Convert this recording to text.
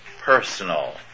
personal